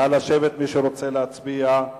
נא לשבת, מי שרוצה להצביע.